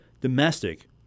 domestic